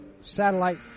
satellite